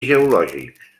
geològics